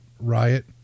riot